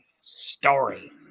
story